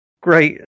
Great